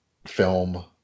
Film